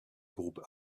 groupe